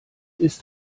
ist